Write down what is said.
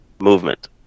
movement